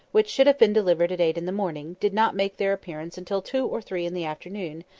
which should have been delivered at eight in the morning, did not make their appearance until two or three in the afternoon,